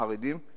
החרדים,